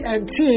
nt